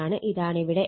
ഇതാണ് ഇവിടെ L